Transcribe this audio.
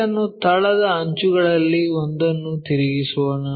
ಇದನ್ನು ತಳದ ಅಂಚುಗಳಲ್ಲಿ ಒಂದನ್ನು ತಿರುಗಿಸೋಣ